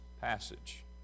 passage